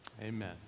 Amen